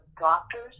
doctors